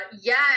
yes